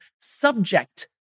subject